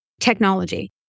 technology